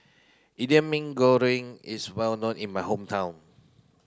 Indian Mee Goreng is well known in my hometown